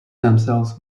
themselves